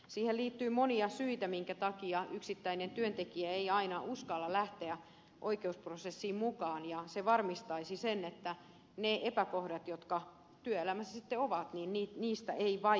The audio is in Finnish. siihen liittyy monia syitä minkä takia yksittäinen työntekijä ei aina uskalla lähteä oikeusprosessiin mukaan ja se varmistaisi sen että niistä epäkohdista jotka työelämässä sitten ovat ei vaiettaisi